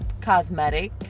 cosmetic